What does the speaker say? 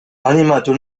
animatu